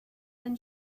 then